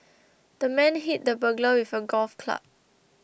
the man hit the burglar with a golf club